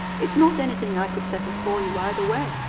it's not anything i could settle for you either way,